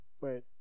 wait